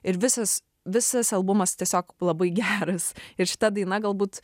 ir visas visas albumas tiesiog labai geras ir šita daina galbūt